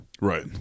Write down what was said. Right